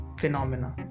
phenomena